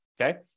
okay